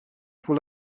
full